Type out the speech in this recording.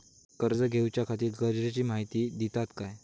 कर्ज घेऊच्याखाती गरजेची माहिती दितात काय?